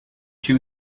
two